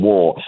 War